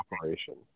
operation